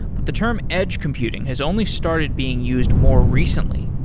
but the term edge computing has only started being used more recently.